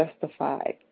justified